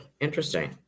interesting